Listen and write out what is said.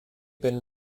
been